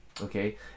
okay